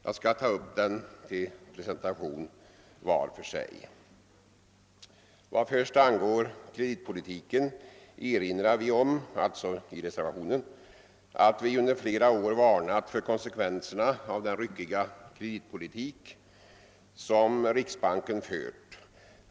Jag skall ta upp dessa områden till presentation var för sig. Vad först angår kreditpolitiken erinrar vi i reservationen om att vi under flera år varnat för konsekvenserna av den ryckiga kreditpolitik som riksbanken har fört.